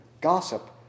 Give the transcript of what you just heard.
gossip